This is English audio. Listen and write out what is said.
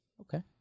okay